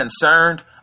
concerned